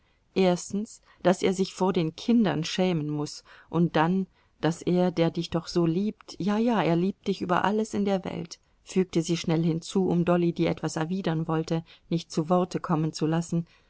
erstens daß er sich vor den kindern schämen muß und dann daß er der doch dich so liebt ja ja er liebt dich über alles in der welt fügte sie schnell hinzu um dolly die etwas erwidern wollte nicht zu worte kommen zu lassen